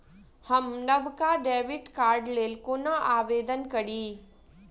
हम नवका डेबिट कार्डक लेल कोना आवेदन करी?